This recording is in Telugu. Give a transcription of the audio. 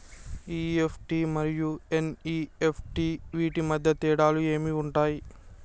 ఇ.ఎఫ్.టి మరియు ఎన్.ఇ.ఎఫ్.టి వీటి మధ్య తేడాలు ఏమి ఉంటాయి?